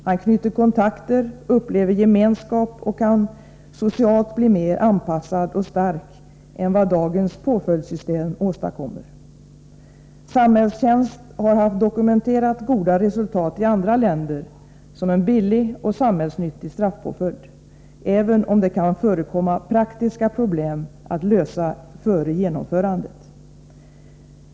Han knyter kontakter, upplever gemenskap och kan socialt bli mer anpassad och stark än vad dagens påföljdssystem åstadkommer. Samhällstjänst har givit dokumenterat goda resultat i andra länder som en billig och samhällsnyttig staffpåföljd, även om det kan förekomma praktiska problem att lösa före genomförandet.